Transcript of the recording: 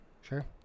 Sure